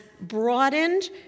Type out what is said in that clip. broadened